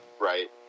right